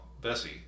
Bessie